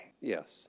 Yes